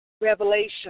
Revelation